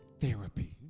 therapy